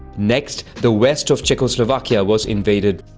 next, the west of czechoslovakia was invaded.